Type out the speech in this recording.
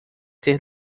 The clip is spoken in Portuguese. ter